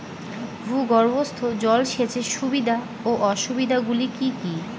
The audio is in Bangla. ভূগর্ভস্থ জল সেচের সুবিধা ও অসুবিধা গুলি কি কি?